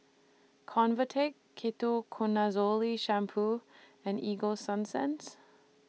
Convatec Ketoconazole Shampoo and Ego Sunsense